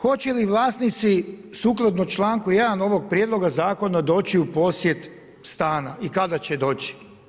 Hoće li vlasnici sukladno čl. 1. ovog Prijedloga zakona doći u posjed stana i kada će doći?